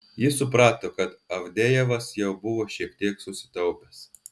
jis suprato kad avdejevas jau buvo šiek tiek susitaupęs